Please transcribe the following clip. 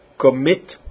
commit